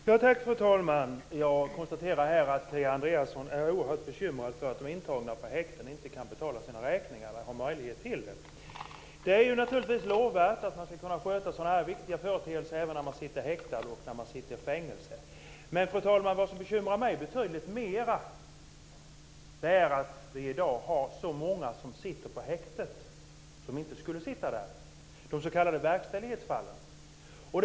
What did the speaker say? Fru talman! Jag konstaterar att Kia Andreasson är oerhört bekymrad över att de intagna på häktena inte har möjlighet att betala sina räkningar. Det är naturligtvis lovvärt att man sköter sådana viktiga företeelser även när man sitter häktad eller i fängelse. Fru talman! Vad som bekymrar mig betydlig mer är att så många i dag sitter på häkte som inte skulle sitta på häkte. Det gäller de s.k. verkställighetsfallen.